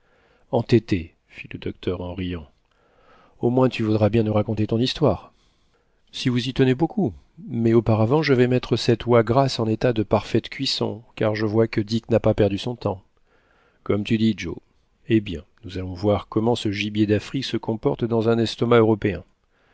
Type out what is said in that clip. entêté fit le docteur en riant au moins tu voudras bien nous raconter ton histoire si vous y tenez beaucoup mais auparavant je vais mettre cette oie grasse en état de parfaite cuisson car je vois que dick n'a pas perdu son temps comme tu dis joe eh bien nous allons voir comment ce gibier d'afrique se comporte dans un estomac européen